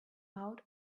out